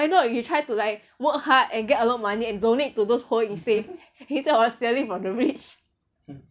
why not you try to like work hard and get a lot of money and donate to those poor instead instead of stealing from the rich